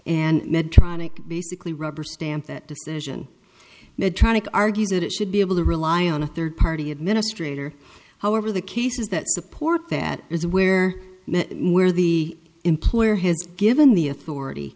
medtronic basically rubber stamp that decision medtronic argues that it should be able to rely on a third party administrator however the cases that support that is where where the employer has given the authority